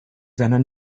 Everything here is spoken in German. seiner